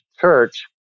church